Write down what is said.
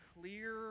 clear